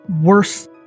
worse